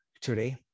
today